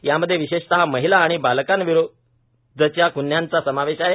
यामध्ये विशेषतः महिला व बालकांविरुध्दच्या ग्न्हयांचा समावेश आहे